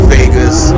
Vegas